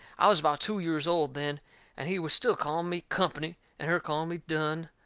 i was about two years old then and he was still calling me company and her calling me dunne.